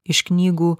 iš knygų